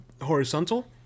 horizontal